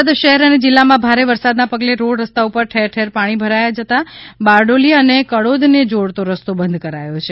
સુરત શહેર અને જિલ્લામાં ભારે વરસાદના પગલે રોડ રસ્તા ઉપર ઠેર ઠેર પાણી ભરાઈ જતાં બારડોલી અને કડોદને જોડતો રસ્તો બંધ કરાયો છે